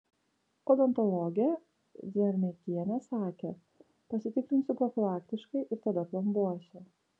odontologė dzermeikienė sakė pasitikrinsiu profilaktiškai ir tada plombuosiu